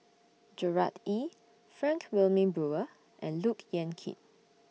Gerard Ee Frank Wilmin Brewer and Look Yan Kit